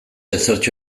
ezertxo